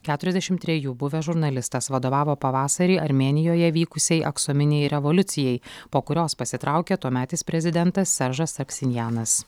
keturiasdešimt trejų buvęs žurnalistas vadovavo pavasarį armėnijoje vykusiai aksominei revoliucijai po kurios pasitraukė tuometis prezidentas seržas aksinjanas